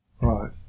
Right